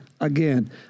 again